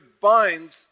binds